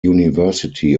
university